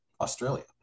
Australia